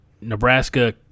Nebraska